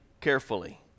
carefully